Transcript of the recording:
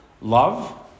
Love